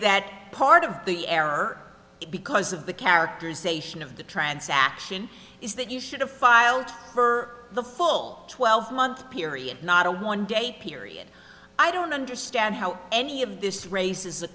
that part of the error because of the characters ation of the transaction is that you should have filed for the full twelve month period not a one day period i don't understand how any of this race is a